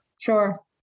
Sure